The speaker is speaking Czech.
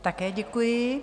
Také děkuji.